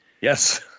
yes